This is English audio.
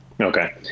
Okay